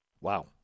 Wow